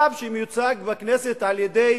רב שמיוצג בכנסת על-ידי